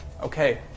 Okay